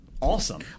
Awesome